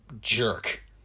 jerk